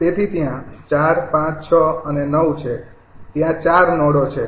તેથી ત્યાં ૪૫૬ અને ૯ છે ત્યાં ૪ નોડો છે